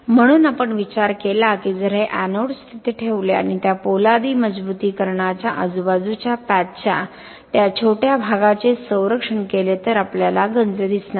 म्हणून आपण विचार केला की जर हे एनोड्स तिथे ठेवले आणि त्या पोलादी मजबुतीकरणाच्या आजूबाजूच्या पॅचच्या त्या छोट्या भागाचे संरक्षण केले तर आपल्याला गंज दिसणार नाही